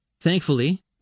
Thankfully